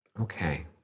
Okay